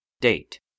Date